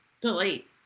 delete